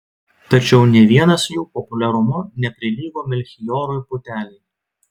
tačiau nė vienas jų populiarumu neprilygo melchijorui putelei